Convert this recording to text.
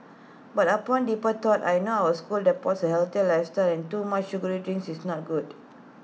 but upon deeper thought I know our school adopts A healthier lifestyle and too much sugary drinks is not good